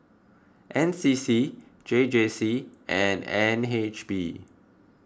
N C C J J C and N H B